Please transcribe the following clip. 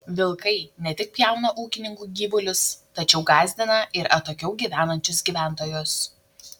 vilkai ne tik pjauna ūkininkų gyvulius tačiau gąsdina ir atokiau gyvenančius gyventojus